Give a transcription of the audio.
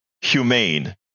humane